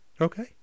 Okay